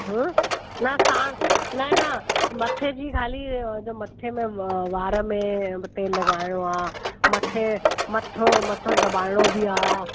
हमम न साण न न मथे जी खाली जो मथे में वार में तेल लॻाइणो आहे मथे मथो मथो दॿाइणो बि आहे